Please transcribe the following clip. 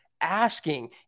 asking